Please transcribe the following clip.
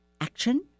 action